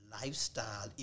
lifestyle